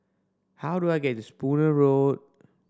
how do I get to Spooner Road